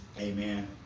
Amen